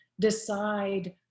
decide